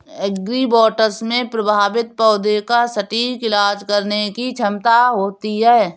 agribots में प्रभावित पौधे का सटीक इलाज करने की क्षमता होती है